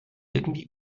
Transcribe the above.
irgendwie